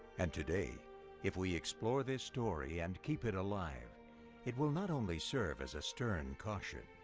and today if we explore this story and keep it alive it will not only serve as a stern caution,